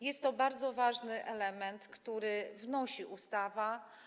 Jest to bardzo ważny element, który wnosi ta ustawa.